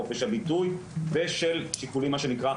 חופש הביטוי ושל שיקולים מה שנקרא,